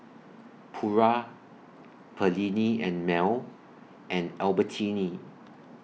Pura Perllini and Mel and Albertini